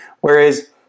Whereas